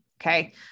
okay